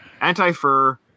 anti-fur